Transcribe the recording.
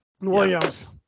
Williams